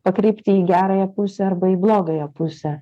pakreipti į gerąją pusę arba į blogąją pusę